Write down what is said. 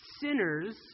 Sinners